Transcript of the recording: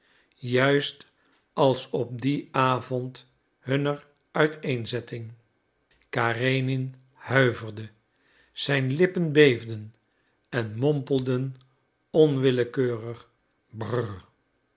juist als op dien avond hunner uiteenzetting karenin huiverde zijn lippen beefden en mompelden onwillekeurig